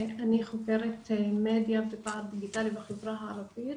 אני חוקרת מדיה ופער דיגיטלי בחברה הערבית.